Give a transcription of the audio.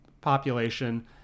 population